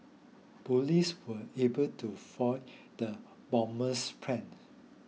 police were able to foil the bomber's plan